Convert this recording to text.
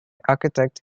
architect